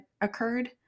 occurred